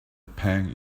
pang